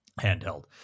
handheld